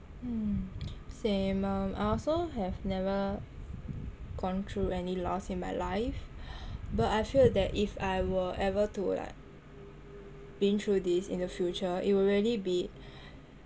mm same um I also have never gone through any lost in my life but I feel that if I were ever to like been through this in the future it will really be